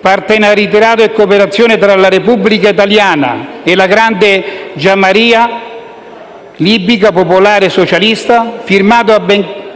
partenariato e cooperazione tra la Repubblica italiana e la Gran Giamahiria araba libica popolare socialista, firmato a Bengasi